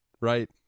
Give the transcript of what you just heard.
Right